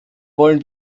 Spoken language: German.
wollen